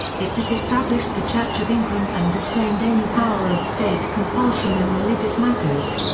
it disestablished the church of england and disclaimed any power of state compulsion in religious matters.